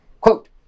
Quote